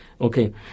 Okay